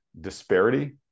disparity